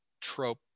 trope